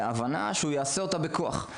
בהבנה שזה ייעשה בכוח.